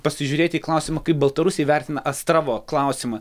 pasižiūrėti į klausimą kaip baltarusiai vertina astravo klausimą